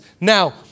Now